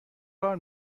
کار